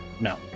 No